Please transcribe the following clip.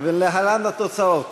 ולהלן התוצאות: